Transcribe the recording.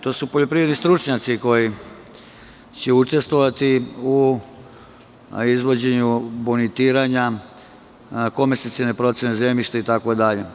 To su poljoprivredni stručnjaci koji će učestvovati u izvođenju bonitiranja, komasacione procene zemljišta itd.